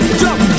jump